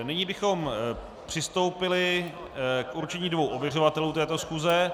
Nyní bychom přistoupili k určení dvou ověřovatelů této schůze.